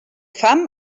fam